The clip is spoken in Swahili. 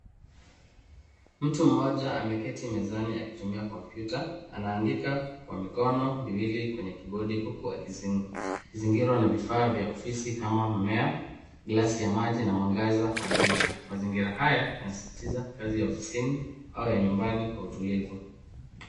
Mtu mmoja ameketi mezani akitumia kompyuta anaandika kwa mikono miwili kwenye kibodi huku akizingirwa na vifaa vya ofisi kama mmea, glasi ya maji na mwangaza kwa dirisha. Mazingira haya yanasisitiza kazi ya ofisini au ya nyumbani kwa utulivu.